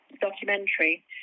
documentary